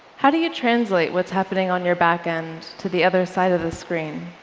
how do you translate what's happening on your back end to the other side of the screen?